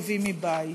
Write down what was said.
אויבים מבית.